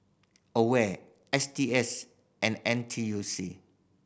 AWARE S T S and N T U C